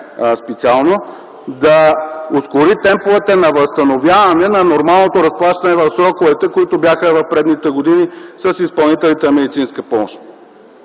специално да ускори темповете на възстановяване на нормалното разплащане в сроковете от предишните години с изпълнителите на медицинска помощ.